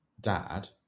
dad